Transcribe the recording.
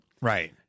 Right